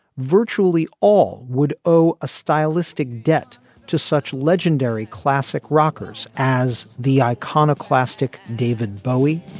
virtually all would owe a stylistic debt to such legendary classic rockers as the iconoclastic david bowie.